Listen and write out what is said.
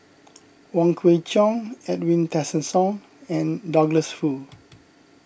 Wong Kwei Cheong Edwin Tessensohn and Douglas Foo